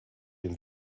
dem